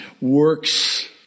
works